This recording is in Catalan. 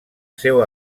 seu